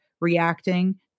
reacting